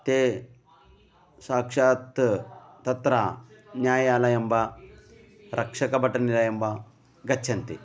ते साक्षात् तत्र न्यायालयं वा रक्षकबटनिलयं वा गच्छन्ति